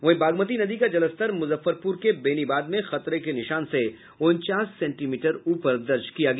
वहीं बागमती नदी का जलस्तर मुजफ्फरपुर के बेनीबाद में खतरे के निशान से उनचास सेंटीमीटर ऊपर दर्ज किया गया